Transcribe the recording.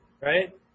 right